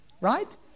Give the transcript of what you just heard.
right